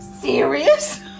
serious